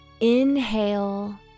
Inhale